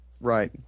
Right